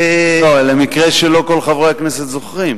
לא, למקרה שלא כל חברי הכנסת זוכרים.